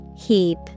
heap